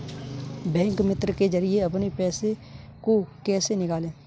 Bank मित्र के जरिए अपने पैसे को कैसे निकालें?